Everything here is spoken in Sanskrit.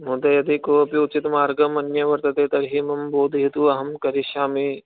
महोदय यदि कोपि उचितमार्गम् अन्यं वर्तते तर्हि मम बोधयतु अहं करिष्यामि